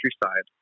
countryside